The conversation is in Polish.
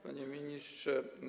Panie Ministrze!